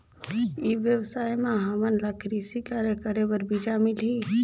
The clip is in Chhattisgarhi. ई व्यवसाय म हामन ला कृषि कार्य करे बर बीजा मिलही?